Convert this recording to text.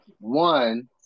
one